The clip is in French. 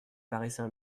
paraissait